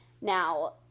Now